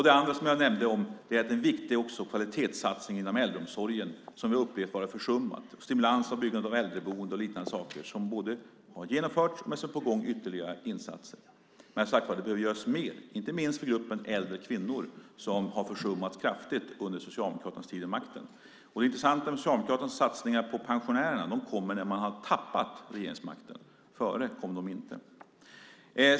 Det andra som jag nämnde är den viktiga kvalitetssatsningen inom äldreomsorgen, som jag upprepar har försummats. Stimulans till byggande av äldreboenden och liknande saker har genomförts, och det är ytterligare insatser på gång. Men som sagt var behöver det göras mer, inte minst för gruppen äldre kvinnor som har försummats kraftigt under Socialdemokraternas tid vid makten. Det är intressant att Socialdemokraternas satsningar på pensionärerna kommer efter att man har tappat regeringsmakten. Före kom de inte.